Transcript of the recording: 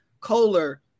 Kohler